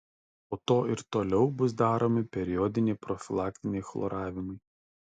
po to ir toliau bus daromi periodiniai profilaktiniai chloravimai